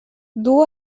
duu